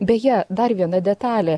beje dar viena detalė